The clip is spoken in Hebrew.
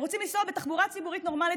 הם רוצים לנסוע בתחבורה ציבורית נורמלית